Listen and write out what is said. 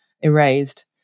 erased